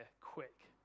quick